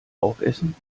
aufessen